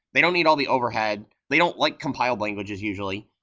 they don't need all the overhead, they don't like compiled languages, usually,